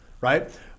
Right